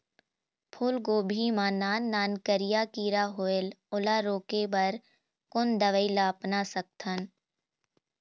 फूलगोभी मा नान नान करिया किरा होयेल ओला रोके बर कोन दवई ला अपना सकथन?